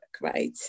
right